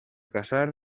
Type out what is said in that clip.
caçar